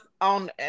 on